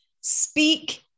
speak